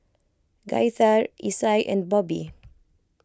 Gaither Isai and Bobbi